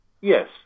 yes